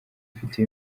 ufite